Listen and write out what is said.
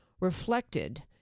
reflected